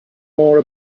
more